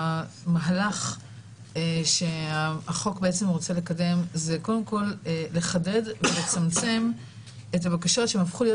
המהלך שהחוק רוצה לקדם זה קודם כל לחדד ולצמצם את הבקשות שהפכו להיות,